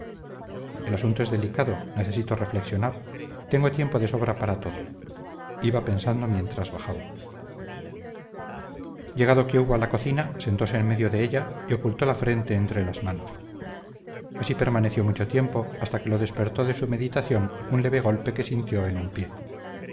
el asunto es delicado necesito reflexionar tengo tiempo de sobra para todo iba pensando mientras bajaba llegado que hubo a la cocina sentóse en medio de ella y ocultó la frente entre las manos así permaneció mucho tiempo hasta que le despertó de su meditación un leve golpe que sintió en un pie